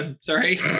Sorry